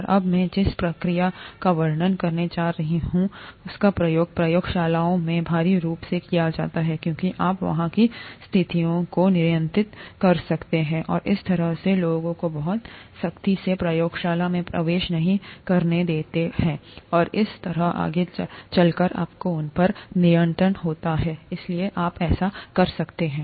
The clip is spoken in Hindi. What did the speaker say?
और अब मैं जिस प्रक्रिया का वर्णन करने जा रहा हूं उसका प्रयोग प्रयोगशालाओं में भारी रूप से किया जाता है क्योंकि आप वहां की स्थितियों को नियंत्रित कर सकते हैं और इस तरह के लोगों को बहुत सख्ती से प्रयोगशाला में प्रवेश नहीं करने देते हैं और इसी तरह आगे चलकर आपका उस पर नियंत्रण होता है और इसलिए आप ऐसा कर सकते हैं